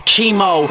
Chemo